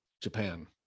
japan